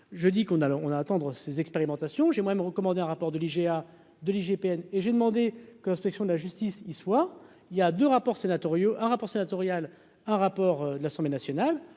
je dis qu'on a, on a attendre ces expérimentations j'aimerais me recommande un rapport de l'IGA de l'IGPN et j'ai demandé que l'Inspection de la justice, il soit il y a 2 rapports sénatoriaux, un rapport sénatorial, un rapport de l'Assemblée nationale